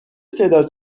تعداد